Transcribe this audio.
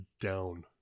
down